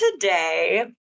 today